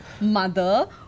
mother